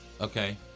Okay